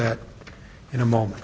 that in a moment